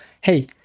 Hey